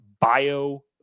bio